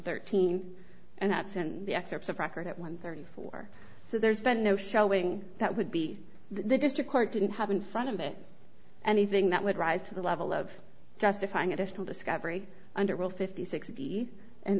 thirteen and that's in the excerpts of record at one thirty four so there's been no showing that would be the district court didn't have in front of it anything that would rise to the level of justifying additional discovery under will fifty sixty and